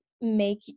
make